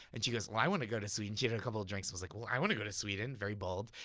and she goes, well, i wanna go to sweden. she had a couple drinks and was like, well, i wanna go to sweden, very bold.